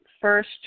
first